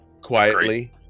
quietly